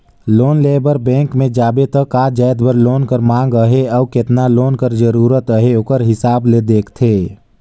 loan लेय बर bank में जाबे त का जाएत बर लोन कर मांग अहे अउ केतना लोन कर जरूरत अहे ओकर हिसाब ले देखथे